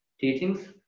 teachings